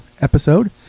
episode